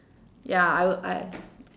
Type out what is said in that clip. ya I would I